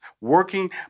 working